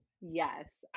Yes